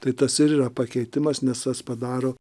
tai tas ir yra pakeitimas nes tas padaro